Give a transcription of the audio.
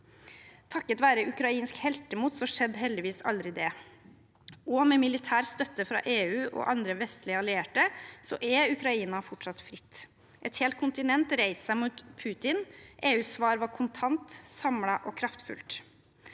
Takket være ukrainsk heltemot skjedde heldigvis aldri det, og med militær støtte fra EU og andre vestlige allierte er Ukraina fortsatt fritt. Et helt kontinent reiste seg mot Putin. EUs svar var kontant, samlet og kraftfullt.